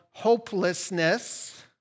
hopelessness